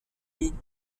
nids